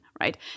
right